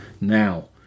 now